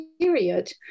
period